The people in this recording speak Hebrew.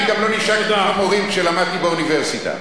אני גם לא נשקתי חמורים כשלמדתי באוניברסיטה.